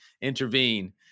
intervene